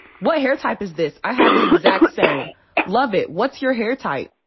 what hair type is this? i have the exact same love it, what's your hair type?